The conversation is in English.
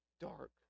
dark